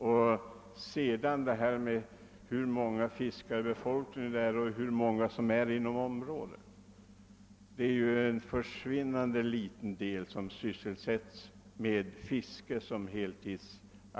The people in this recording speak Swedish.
Vad sedan gäller frågan hur stor fiskarbefolkningen är inom området är det självfallet en försvinnande liten del som sysselsätts med fiske på heltid.